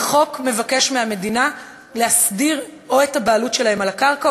החוק מבקש מהמדינה להסדיר או את הבעלות שלהם על הקרקע או